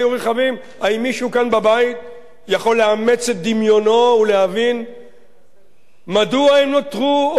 האם מישהו כאן בבית יכול לאמץ את דמיונו ולהבין מדוע הם נותרו רחבים?